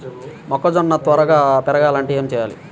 మొక్కజోన్న త్వరగా పెరగాలంటే ఏమి చెయ్యాలి?